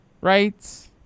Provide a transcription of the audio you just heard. right